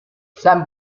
sein